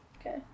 Okay